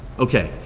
okay,